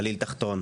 גליל תחתון,